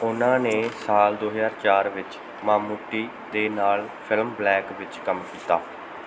ਉਹਨਾਂ ਨੇ ਸਾਲ ਦੋ ਹਜ਼ਾਰ ਚਾਰ ਵਿੱਚ ਮਾਮੂਟੀ ਦੇ ਨਾਲ ਫ਼ਿਲਮ ਬਲੈਕ ਵਿੱਚ ਕੰਮ ਕੀਤਾ